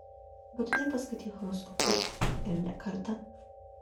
būtinai paskaityk horoskopus ir ne kartą